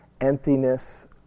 emptiness